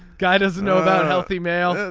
guy doesn't know about healthy male.